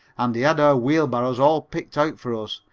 and he had our wheelbarrows all picked out for us,